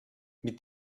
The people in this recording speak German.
mit